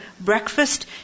breakfast